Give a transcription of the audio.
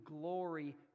glory